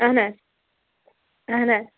اَہَن حظ اَہَن حظ